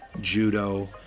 judo